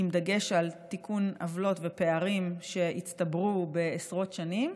עם דגש על תיקון עוולות ופערים שהצטברו בעשרות שנים,